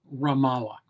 Ramallah